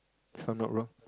if I'm not wrong